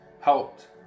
helped